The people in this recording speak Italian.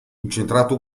incentrato